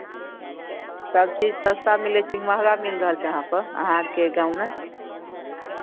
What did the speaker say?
सभचीज सस्ता मिलै छै की महँगा मिल रहल छै यहाँपर अहाँके गाँवमे